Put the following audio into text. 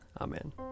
Amen